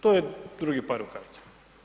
To je drugi par rukavica.